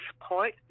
support